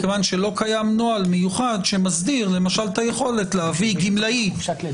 מכיוון שלא קיים נוהל מיוחד שמסדיר את היכולת להביא גמלאי לעבודה.